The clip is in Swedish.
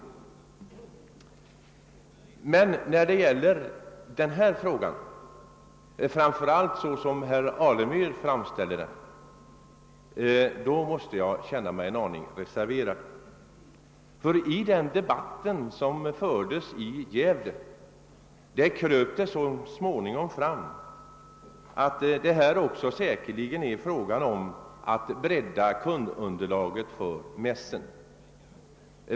Men jag måste beträffande denna fråga — framför allt som herr Alemyr framställer den — känna mig en aning reserverad. I den debatt som fördes i Gävle kröp så småningom fram att det här säkerligen är fråga om att bredda kundunderlaget för mässen.